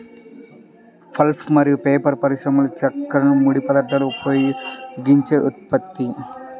pulp మరియు paper పరిశ్రమలోచెక్కను ముడి పదార్థంగా ఉపయోగించే ఉత్పత్తి